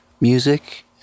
music